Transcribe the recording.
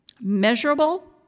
measurable